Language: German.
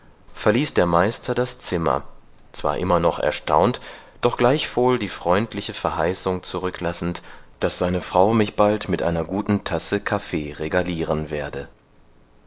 verließ der meister das zimmer zwar immer noch erstaunt doch gleichwohl die freundliche verheißung zurücklassend daß seine frau mich bald mit einer guten tasse kaffee regulieren werde